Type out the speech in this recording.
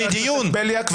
חבר הכנסת בליאק,